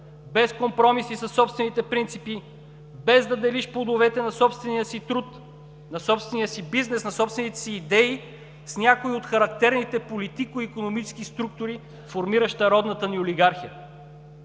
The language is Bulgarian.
без компромиси със собствените принципи, без да делиш плодовете на собствения си труд, на собствения си бизнес, на собствените си идеи с някои от характерните политико икономически структури, формиращи родната ни олигархия.